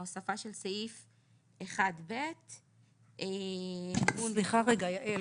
ההוספה של סעיף 1ב'. סליחה רגע יעל,